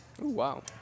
Wow